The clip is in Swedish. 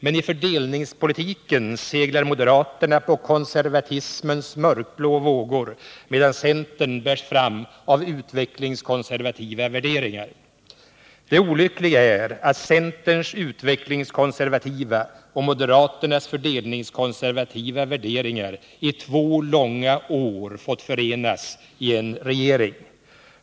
Men i fördelningspolitiken seglar moderaterna på konservatismens mörkblå vågor, medan centern bärs fram av utvecklingskonservativa strömningar. Det olyckliga är att centerns utvecklingskonservativa och moderaternas fördelningskonservativa värderingar i två långa år fått förenas i en regering.